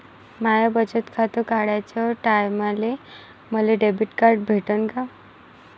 माय बचत खातं काढाच्या टायमाले मले डेबिट कार्ड भेटन का?